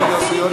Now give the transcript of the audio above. בטח.